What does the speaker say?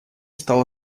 стало